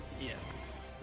Yes